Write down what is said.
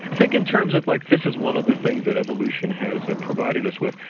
think in terms of like this is one of the things that evolution has ah provided us with.